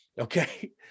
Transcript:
okay